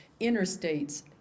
interstates